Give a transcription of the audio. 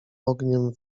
ogniem